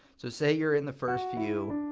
so say you're in the first few.